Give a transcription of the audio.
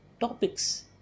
topics